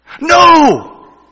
No